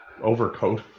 overcoat